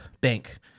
bank